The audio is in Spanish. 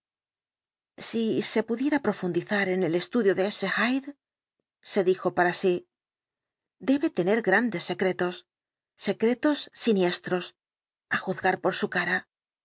si se pudiera profundizar en el estudio de ese hyde dijo para sí debe tener grandes secretos secretos siniestros á juzgar por su cara